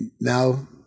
now